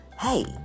Hey